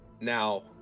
Now